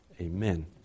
amen